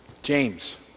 James